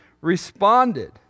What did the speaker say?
responded